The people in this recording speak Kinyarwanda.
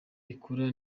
ikura